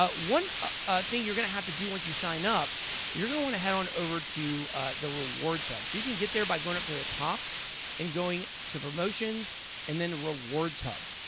one ah thing you're going to have to do once you sign up is you're going to want to head on over to the rewards hub. so you can get there by going up to the top and going to promotions and then rewards hub.